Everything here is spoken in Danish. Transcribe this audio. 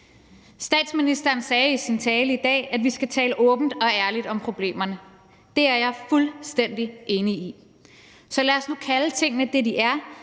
Statsministeren sagde i sin tale i dag, at vi skal tale åbent og ærligt om problemerne. Det er jeg fuldstændig enig i. Så lad os nu kalde tingene det, de er,